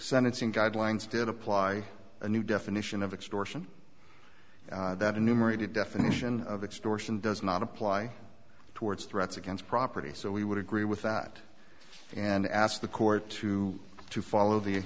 sentencing guidelines did apply a new definition of extortion that enumerated definition of extortion does not apply towards threats against property so we would agree with that and ask the court to to follow the